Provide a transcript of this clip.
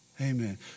Amen